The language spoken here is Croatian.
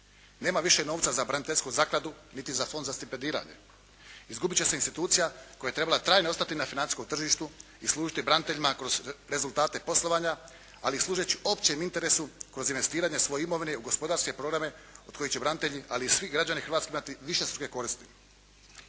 Nema više novca za braniteljsku zakladu niti za fond za stipendiranje. Izgubit će se institucija koja je trebala trajno ostati na financijskom tržištu i služiti braniteljima kroz rezultate poslovanja ali služeći općem interesu kroz investiranje svoje imovine u gospodarske programe od kojih će branitelji ali i svi građani Hrvatske imati višestruke koristi.